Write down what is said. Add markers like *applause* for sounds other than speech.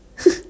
*laughs*